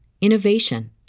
innovation